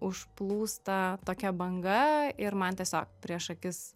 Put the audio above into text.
užplūsta tokia banga ir man tiesiog prieš akis